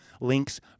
links